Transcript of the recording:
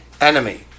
enemy